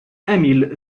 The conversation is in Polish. emil